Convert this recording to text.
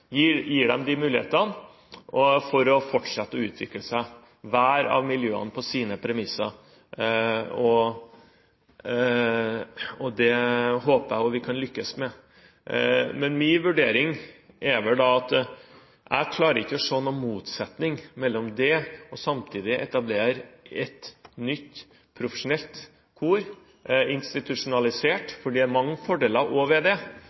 gir hvert av miljøene, på deres premisser, muligheten til å fortsette å utvikle seg. Det håper jeg også vi kan lykkes med. Men min vurdering er vel at jeg ikke klarer å se noen motsetning mellom det og det å etablere samtidig et nytt profesjonelt og institusjonalisert kor, for det er mange fordeler også ved det,